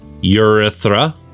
Urethra